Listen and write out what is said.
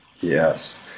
Yes